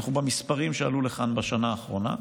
במספרים שעלו לכאן בשנה האחרונה,